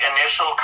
initial